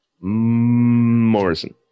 Morrison